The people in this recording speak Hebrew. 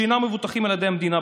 שאינם מבוטחים על ידי המדינה,